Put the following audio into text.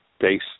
base